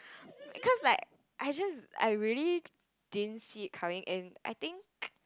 cause like I just I really didn't see it coming and I think